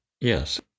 Yes